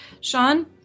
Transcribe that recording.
Sean